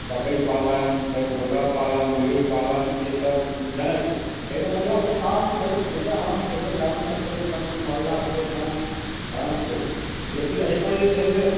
बकरी पालन तऽ मुर्गा पालन मुर्गी पालन ई सब देने छै एहिमे महिला सब काम करि सकै छै आरामसँ करि सकै छै ग्रामीण स्तर के काम छै मोहल्ला स्तरके काम आरामसँ करि सकै छै लेकिन एहिपर जे छै से